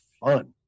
fun